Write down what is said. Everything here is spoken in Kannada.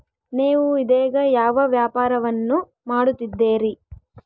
ನೇವು ಇದೇಗ ಯಾವ ವ್ಯಾಪಾರವನ್ನು ಮಾಡುತ್ತಿದ್ದೇರಿ?